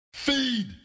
Feed